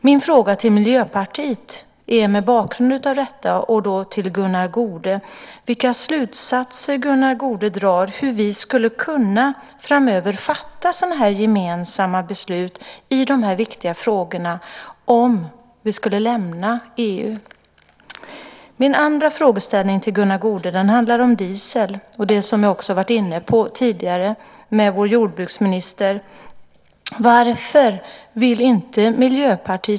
Min fråga till Miljöpartiet mot bakgrund av detta ställs då till Gunnar Goude: Vilka slutsatser drar Gunnar Goude om hur vi framöver skulle kunna fatta sådana här gemensamma beslut i dessa viktiga frågor om vi skulle lämna EU? Min andra frågeställning till Gunnar Goude handlar om diesel och det som vi också har varit inne på tidigare med vår jordbruksminister.